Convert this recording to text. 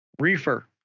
Reefer